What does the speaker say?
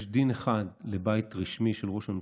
יש דין אחד לבית רשמי של ראש הממשלה,